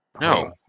No